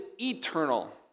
eternal